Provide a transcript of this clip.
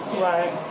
right